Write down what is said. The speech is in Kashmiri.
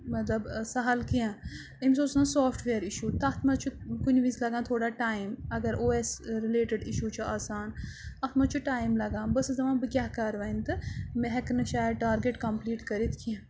مطلب سَہل کینٛہہ أمِس اوس آسان سافٕٹویر اِشوٗ تَتھ منٛز چھُ کُنہِ وِز لَگان تھوڑا ٹایم اگر او ایس رِلیٹِڈ اِشوٗ چھُ آسان اَتھ منٛز چھُ ٹایم لَگان بہٕ ٲسٕس دَپان بہٕ کیٛاہ کَرٕ وۄنۍ تہٕ مےٚ ہٮ۪کہٕ نہٕ شاید ٹارگٮ۪ٹ کَمپٕلیٖٹ کٔرِتھ کینٛہہ